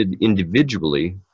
individually